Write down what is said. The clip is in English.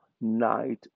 night